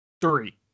three